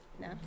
No